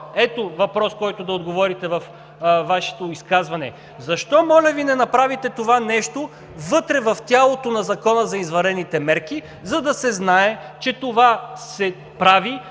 ето въпрос, на който да отговорите във Вашето изказване: защо, моля Ви, не направите това нещо вътре в тялото на Закона за извънредните мерки, за да се знае, че това се прави